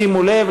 שימו לב,